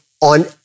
on